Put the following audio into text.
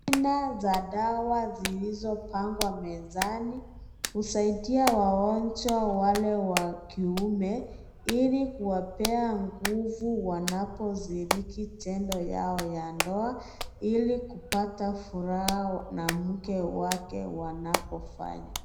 Aina za dawa zilizopangwa mezani husaidia wagonjwa wale wa kiume ili kuwapea nguvu wanaposhiriki tendo yao ya ndoa ili kupata furaha na mke wake wanapofanya.